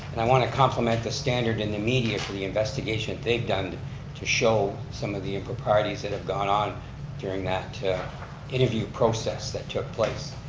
and i want to compliment the standard in the media for the investigation they've done to show some of the improprieties that have gone on during that interview process that took place,